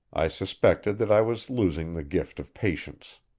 i suspected that i was losing the gift of patience.